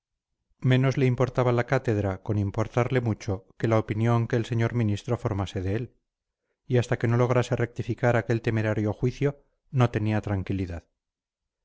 menos le importaba la cátedra con importarle mucho que la opinión que el señor ministro formase de él y hasta que no lograse rectificar aquel temerario juicio no tenía tranquilidad